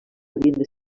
havien